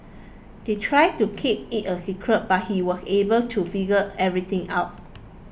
they tried to keep it a secret but he was able to figure everything out